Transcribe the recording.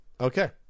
Okay